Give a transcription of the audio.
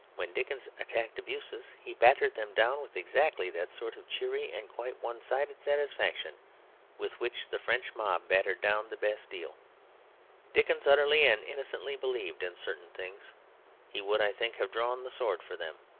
when dickens attacked abuses, he battered them down with exactly that sort of cheery and quite one-sided satisfaction with which the french mob battered down the bastille. dickens utterly and innocently believed in certain things he would, i think, have drawn the sword for them.